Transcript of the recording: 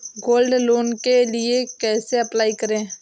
Gold loan के लिए कैसे अप्लाई करें?